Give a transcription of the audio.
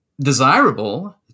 desirable